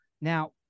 Now